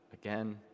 again